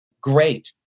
great